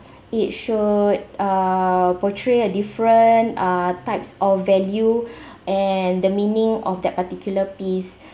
it should uh portray a different uh types of value and the meaning of that particular piece